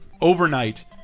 overnight